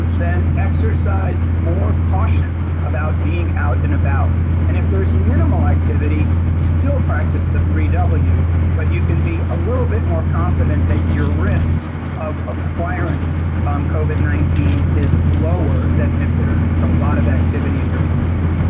then exercise more caution about being out and about and if there is minimal activity, still practice the three w's. but you can be a little bit more confident that your risk of acquiring um covid nineteen is lower than there is a lot of activity in your community.